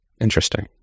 Interesting